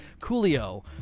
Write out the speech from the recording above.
Coolio